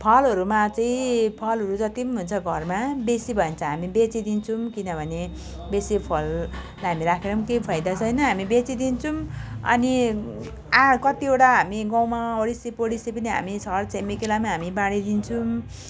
फलहरूमा चाहिँ फलहरू जति पनि हुन्छ घरमा बेसी भयो चाहिँ हामी बेचिदिन्छौँ किनभने बेसी फललाई हामी राखेर पनि केही फाइदा छैन हामी बेचिदिन्छौँ अनि आ कतिवटा हामी गाउँमा अडोसीपडोसी पनि हामी छरछिमेकीलाई पनि हामी बाँडिदिन्छौँ